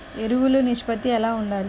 ఎరువులు నిష్పత్తి ఎలా ఉండాలి?